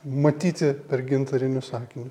matyti per gintarinius akiniu